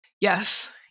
Yes